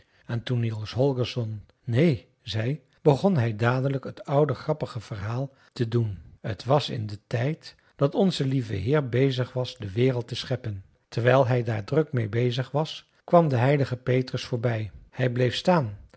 en toen niels holgersson neen zei begon hij dadelijk het oude grappige verhaal te doen t was in den tijd dat onze lieve heer bezig was de wereld te scheppen terwijl hij daar druk meê bezig was kwam de heilige petrus voorbij hij bleef staan